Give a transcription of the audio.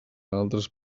altres